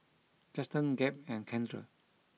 Juston Gabe and Kendra